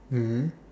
mm